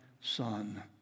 son